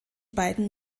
beiden